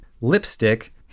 lipstick